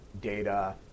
data